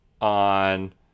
on